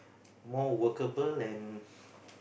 more workable and